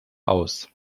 aus